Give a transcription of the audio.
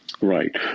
Right